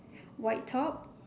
white top